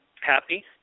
happy